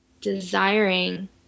desiring